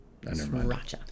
Sriracha